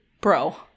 bro